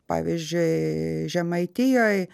pavyzdžiui žemaitijoj